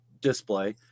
display